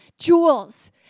Jewels